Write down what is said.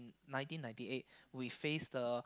nineteen ninety eight we face the